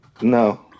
No